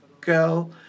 girl